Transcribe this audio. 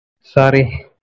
Sorry